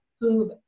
who've